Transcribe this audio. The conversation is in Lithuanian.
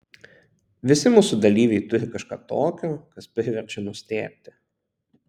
visi mūsų dalyviai turi kažką tokio kas priverčia nustėrti